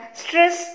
stress